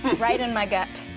right in my gut.